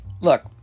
Look